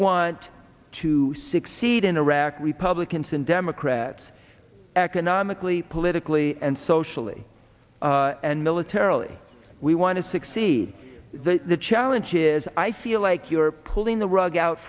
want to succeed in iraq republicans and democrats economically politically and socially and militarily we want to succeed that the challenge is i feel like you're pulling the rug out